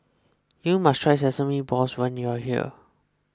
you must try Sesame Balls when you are here